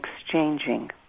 exchanging